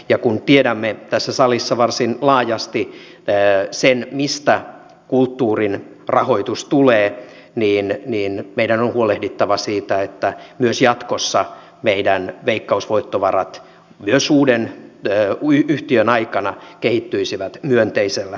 ja kun tiedämme tässä salissa varsin laajasti sen mistä kulttuurin rahoitus tulee niin meidän on huolehdittava siitä että myös jatkossa meillä veikkausvoittovarat myös uuden yhtiön aikana kehittyisivät myönteisellä tavalla